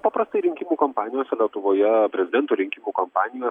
paprastai rinkikų kompanijos lietuvoje prezidento rinkimų kampanijos